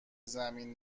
زمین